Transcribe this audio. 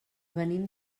venim